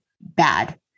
bad